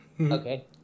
Okay